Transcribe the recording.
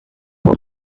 what